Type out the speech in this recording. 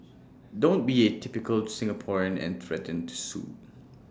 don't be A typical Singaporean and threaten to sue